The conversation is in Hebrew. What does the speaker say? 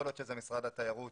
יכול להיות שזה משרד התיירות